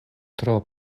tro